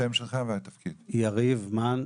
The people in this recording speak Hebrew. יריב מן,